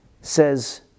says